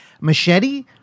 Machete